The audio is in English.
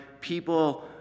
people